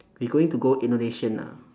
we going to go indonesia ah